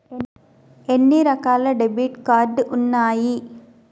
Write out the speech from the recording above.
ఎన్ని రకాల debit card ఉన్నాయి?